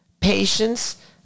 Patience